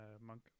monk